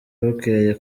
bukeye